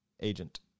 Agent